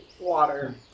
water